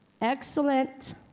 Excellent